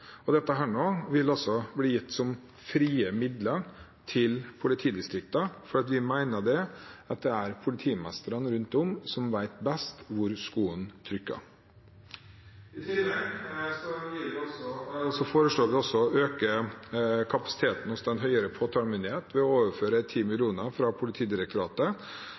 Dette vil bli gitt som frie midler til politidistriktene, fordi vi mener at det er politimestrene rundt om som vet best hvor skolen trykker. I tillegg foreslår vi å øke kapasiteten hos Den høyere påtalemyndighet ved å overføre 10 mill. kr fra Politidirektoratet